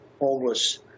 homeless